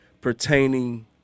pertaining